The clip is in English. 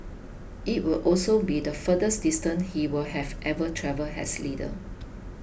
it would also be the furthest distance he will have ever travelled as leader